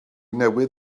newydd